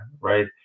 Right